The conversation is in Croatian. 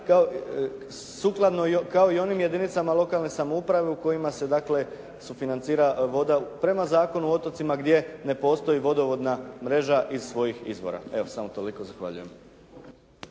kao i u onim jedinicama lokalne samouprave u kojima se dakle sufinancira voda prema Zakonu o otocima gdje ne postoji vodovodna mreža iz svojih izvora. Toliko. Zahvaljujem.